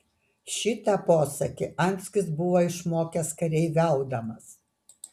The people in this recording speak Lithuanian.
šitą posakį anskis buvo išmokęs kareiviaudamas